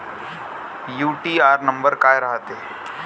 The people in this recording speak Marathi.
यू.टी.आर नंबर काय रायते?